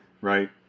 Right